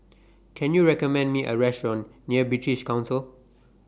Can YOU recommend Me A Restaurant near British Council